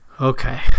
okay